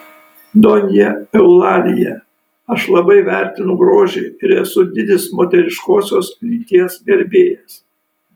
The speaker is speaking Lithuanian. donja eulalija aš labai vertinu grožį ir esu didis moteriškosios lyties gerbėjas